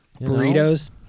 burritos